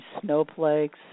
snowflakes